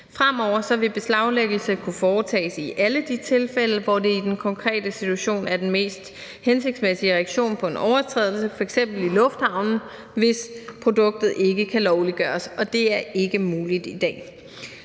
Fremover vil beslaglæggelse kunne foretages i alle de tilfælde, hvor det i den konkrete situation er den mest hensigtsmæssige reaktion på en overtrædelse – f.eks. i lufthavnen, hvis produktet ikke kan lovliggøres – og det er ikke muligt i dag.